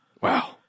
Wow